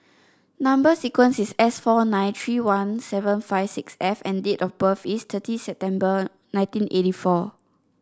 number sequence is S four nine three one seven five six F and date of birth is thirty September nineteen eighty four